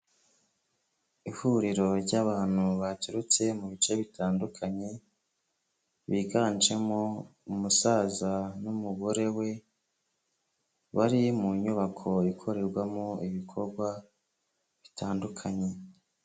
Ihuriro ry'abantu baturutse mu bice bitandukanye biganjemo umusaza n'umugore we bari mu nyubako ikorerwamo ibikorwa bitandukanye.